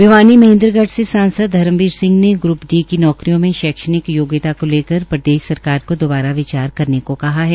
भिवानी महेन्द्रगढ़ से सांसद धर्मबीर सिंह ने ग्रप डी की नौकरियों में शैक्षणिक योग्यता को लेकर सरकार को दोबारा विचार करने को कहा है